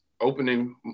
opening